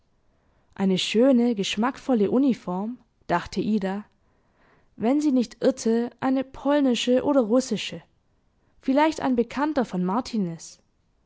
eine schöne geschmackvolle uniform dachte ida wenn sie nicht irrte eine polnische oder russische vielleicht ein bekannter von martiniz